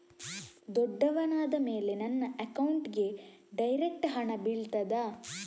ದೊಡ್ಡವನಾದ ಮೇಲೆ ನನ್ನ ಅಕೌಂಟ್ಗೆ ಡೈರೆಕ್ಟ್ ಹಣ ಬೀಳ್ತದಾ?